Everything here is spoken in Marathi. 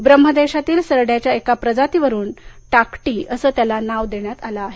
ब्रह्मदेशातील सरड्याच्या एक प्रजातीवरुन टाकटी असं त्याला नाव देण्यात आलं आहे